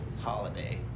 holiday